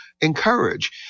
encourage